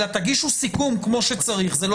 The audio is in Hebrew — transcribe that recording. אלא תגידו סיכום כמו שצריך זה לא